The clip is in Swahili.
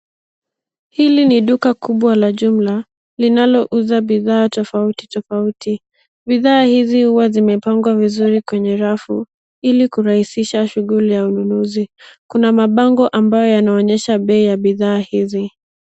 Hili ni duka kubwa la jumla linalouza bidhaa tofauti tofauti . Bidhaa hizi huwa zimepangwa vizuri kwenye rafu ili kurahisisha shughuli ya ununuzi. Kuna mabango ambayo yanayoonyesha bei ya bidhaa hizi.